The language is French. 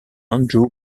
andrew